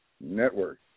Network